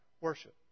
worship